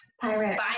Pirate